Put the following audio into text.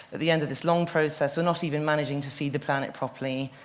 at the end of this long process, we're not even managing to feed the planet properly.